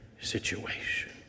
situation